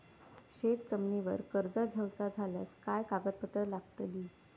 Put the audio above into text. शेत जमिनीवर कर्ज घेऊचा झाल्यास काय कागदपत्र लागतली?